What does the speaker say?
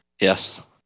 Yes